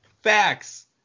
Facts